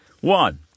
One